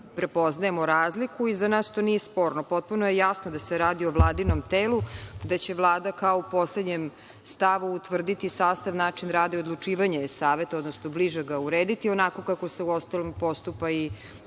prepoznajemo razliku i za nas to nije sporno. Potpuno je jasno da se radi o Vladinom telu i da će Vlada kao u poslednjem stavu utvrditi sastav, način rada i odlučivanje Saveta, odnosno bliže ga uraditi onako kako se uostalom postupa i